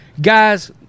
Guys